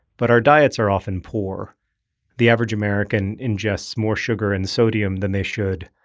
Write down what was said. but our diets are often poor the average american ingests more sugar and sodium than they should,